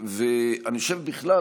אני חושב שבכלל,